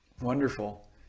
Wonderful